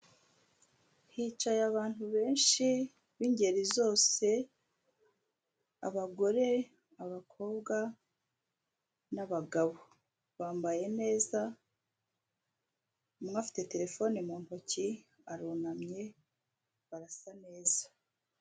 Hicaye abantu benshi b'ingeri zose: abagore, abakobwa n'abagabo. Bambaye neza, umwe afite telefone mu ntoki, arunamye, barasa neza.